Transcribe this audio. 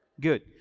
Good